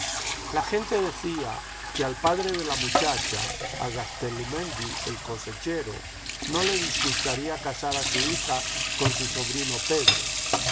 la gente decía que al padre de la muchacha a gateluzmendi el cosechero no le disgustaría casar a su hija con su sobrino pedro